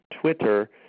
Twitter